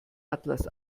atlas